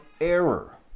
error